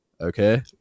okay